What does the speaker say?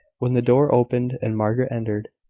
when the door opened and margaret entered,